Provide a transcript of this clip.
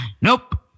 Nope